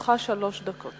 לרשותך שלוש דקות.